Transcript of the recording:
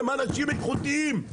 הם אנשים איכותיים.